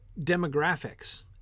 demographics